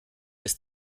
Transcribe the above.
ist